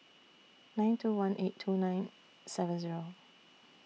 nine two one eight two nine seven Zero